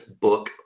book